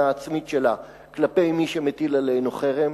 העצמית שלה כלפי מי שמטיל עלינו חרם,